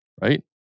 right